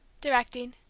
directing.